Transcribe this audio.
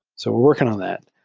so we're working on that.